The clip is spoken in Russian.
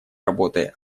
работой